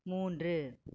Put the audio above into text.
மூன்று